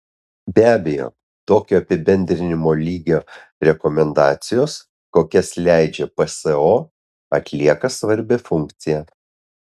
be abejo tokio apibendrinimo lygio rekomendacijos kokias leidžia pso atlieka svarbią funkciją